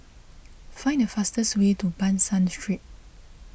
find the fastest way to Ban San Street